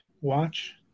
watch